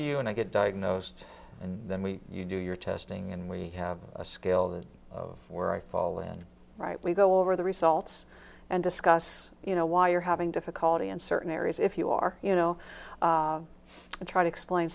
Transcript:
to you and i get diagnosed and then we you do your testing and we have a skill that or i fall in right we go over the results and discuss you know why you're having difficulty in certain areas if you are you know try to explain